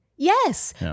Yes